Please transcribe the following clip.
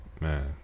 man